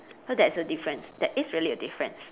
so there's a difference there is really a difference